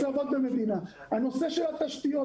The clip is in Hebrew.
בנושא התשתיות,